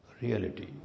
Reality